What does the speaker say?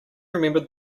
remembered